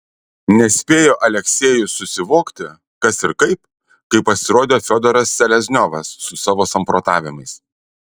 nespėjo aleksejus susivokti kas ir kaip kai pasirodė fiodoras selezniovas su savo samprotavimais